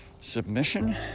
submission